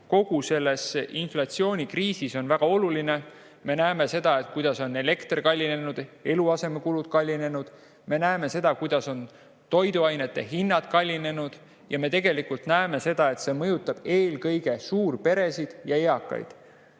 riigi abi inflatsioonikriisis on väga oluline. Me näeme seda, kuidas on elekter kallinenud ja eluasemekulud kallinenud, me näeme seda, kuidas on toiduainete hinnad kallinenud, ja me näeme, et see mõjutab eelkõige suurperesid ja eakaid.